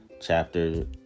chapter